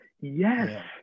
yes